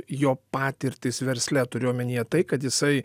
jo patirtys versle turiu omenyje tai kad jisai